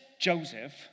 Joseph